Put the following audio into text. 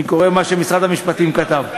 אני קורא מה שמשרד המשפטים כתב,